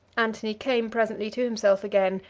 antony came presently to himself again,